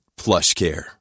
PlushCare